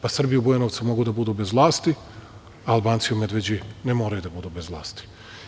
Pa, Srbi u Bujanovcu mogu da budu bez vlasti, a Albanci u Medveđi ne moraju da budu bez vlasti.